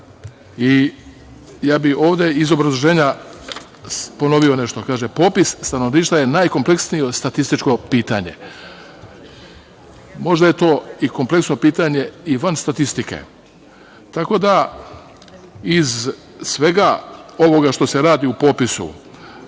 i ja bih ovde iz obrazloženja ponovio nešto. Kaže – popis stanovništva je najkompleksnije statističko pitanje. Možda je to kompleksno pitanje i van statistike. Tako da, iz svega ovoga što se radi u popisu